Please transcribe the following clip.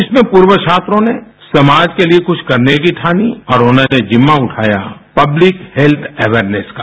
इसमें पूर्व छात्रों ने समाज के लिए कुछ करने की ठानी और उन्होंने जिम्मा उठाया पब्लिक हेत्थ अवयेरनेस का